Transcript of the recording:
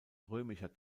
römischer